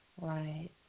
Right